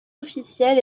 officielles